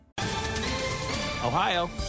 Ohio